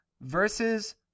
versus